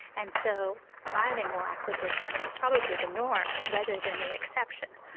and so bilingual acquisition is probably the norm rather than the exception.